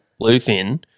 bluefin